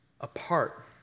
apart